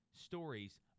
stories